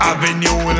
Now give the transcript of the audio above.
Avenue